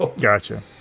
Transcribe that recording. Gotcha